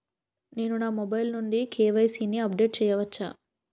నేను నా మొబైల్ నుండి కే.వై.సీ ని అప్డేట్ చేయవచ్చా?